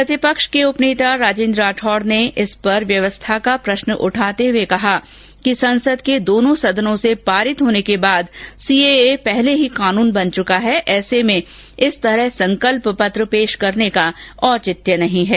प्रतिपक्ष के उपनेता राजेन्द्र राठौड ने इस पर व्यवस्था का प्रश्न उठाते हए कहा कि संसद के दोनो सदनों से पारित होने के बाद सीएए पहले ही कानून बन चुका है ऐस में इस तरह संकल्प पत्र पेश करने का औचित्य नहीं है